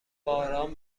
باران